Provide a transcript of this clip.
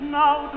now